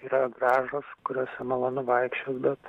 yra gražūs kuriuose malonu vaikščiot bet